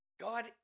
God